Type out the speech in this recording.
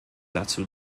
dazu